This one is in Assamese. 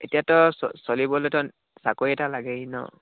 এতিয়াাতো চলিবলৈতো চাকৰি এটা লাগেই ন